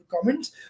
comments